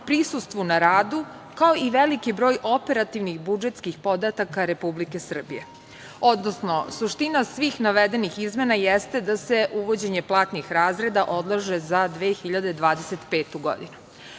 prisustvu na radu, kao i veliki broj operativnih i budžetskih podataka Republike Srbije, odnosno suština svih navedenih izmena jeste da se uvođenje platnih razreda odlaže za 2025. godinu. Kao